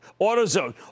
AutoZone